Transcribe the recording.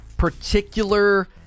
Particular